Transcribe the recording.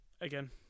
Again